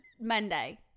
Monday